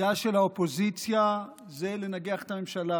תפקידה של האופוזיציה זה לנגח את הממשלה,